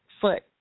foot